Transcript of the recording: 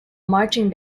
marching